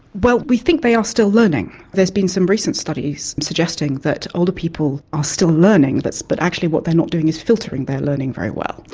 well, we think they are still learning. there has been some recent studies suggesting that older people are still learning, but actually what they are not doing is filtering their learning very well.